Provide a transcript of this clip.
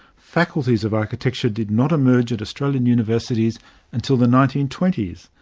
faculties of architecture did not emerge at australian universities until the nineteen twenty s.